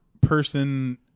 person